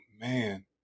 Man